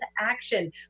action